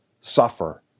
suffer